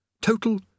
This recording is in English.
Total